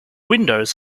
windows